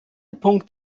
punkt